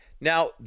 Now